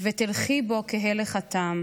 ותלכי בו כהלך התם.